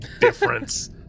difference